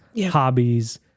hobbies